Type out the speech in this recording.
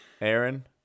Aaron